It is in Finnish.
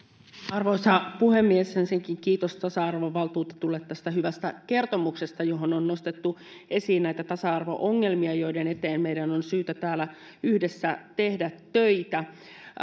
arvoisa puhemies ensinnäkin kiitos tasa arvovaltuutetulle tästä hyvästä kertomuksesta johon on nostettu esiin näitä tasa arvo ongelmia joiden eteen meidän on syytä täällä yhdessä tehdä töitä